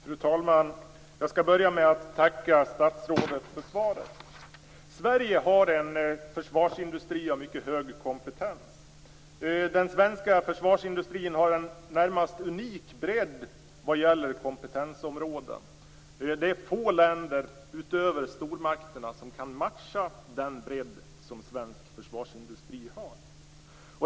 Fru talman! Jag skall börja med att tacka statsrådet för svaret. Sverige har en försvarsindustri av mycket hög kompetens. Den svenska försvarsindustrin har en närmast unik bredd vad gäller kompetensområden. Det är få länder utöver stormakterna som kan matcha den bredd som svensk försvarsindustri har.